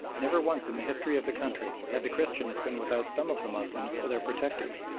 never once in the history of the country had the christians been without some of the moslems for their protectors,